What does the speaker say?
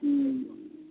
हूँ